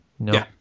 No